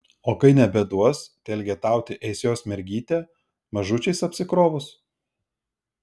o kai nebeduos tai elgetauti eis jos mergytė mažučiais apsikrovus